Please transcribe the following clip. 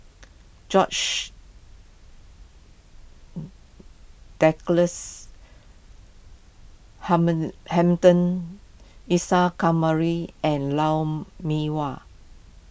George Douglas Hamilton Isa Kamari and Lou Mee Wah